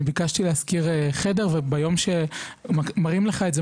אני ביקשתי להשכיר חדר וביום שמראים לך את זה,